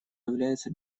является